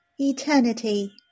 eternity